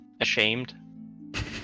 ashamed